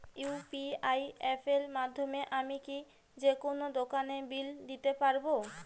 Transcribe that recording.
UPI অ্যাপের মাধ্যমে আমি কি যেকোনো দোকানের বিল দিতে পারবো?